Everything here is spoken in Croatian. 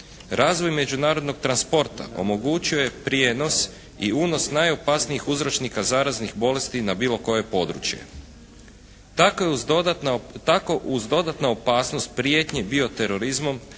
Razvoj međunarodnog transporta omogućuje prijenos i unos najopasnijih uzročnika zaraznih bolesti na bilo koje područje. Tako uz dodatnu opasnost prijetnje bio terorizmom,